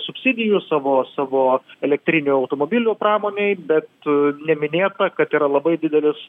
subsidijų savo savo elektrinių automobilių pramonei bet neminėta kad yra labai didelis